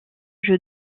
jeu